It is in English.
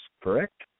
correct